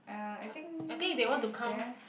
uh I think is there